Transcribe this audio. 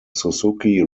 suzuki